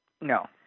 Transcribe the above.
No